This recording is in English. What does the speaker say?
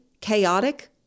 chaotic